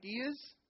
ideas